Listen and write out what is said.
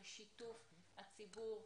של שיתוף הציבור,